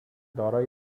دارای